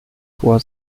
hoher